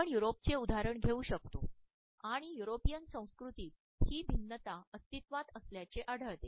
आपण युरोपचे उदाहरण घेऊ शकतो आणि युरोपियन संस्कृतीत ही भिन्नता अस्तित्त्वात असल्याचे आढळते